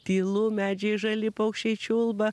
tylu medžiai žali paukščiai čiulba